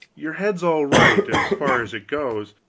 your head's all right, as far as it goes,